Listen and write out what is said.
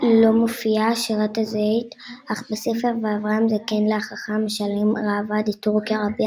לא מופיעה שירת הזית אך בספר ואברהם זקן להחכם השלם ראב"ד טורקיה רבי